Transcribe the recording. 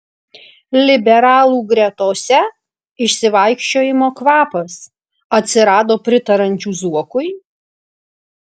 liberalų gretose išsivaikščiojimo kvapas atsirado pritariančių zuokui